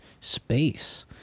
space